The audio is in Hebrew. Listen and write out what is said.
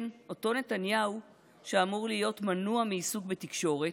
כן, אותו נתניהו שאמור להיות מנוע מעיסוק בתקשורת,